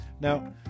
Now